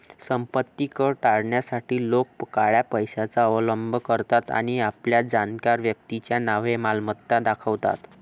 संपत्ती कर टाळण्यासाठी लोक काळ्या पैशाचा अवलंब करतात आणि आपल्या जाणकार व्यक्तीच्या नावे मालमत्ता दाखवतात